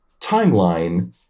timeline